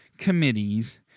committees